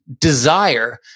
desire